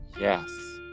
Yes